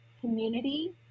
community